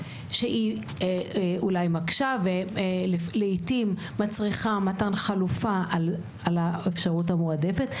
שאולי מקשה ולעיתים מצריכה מתן חלופה על האפשרות המועדפת.